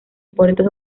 puertos